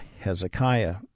Hezekiah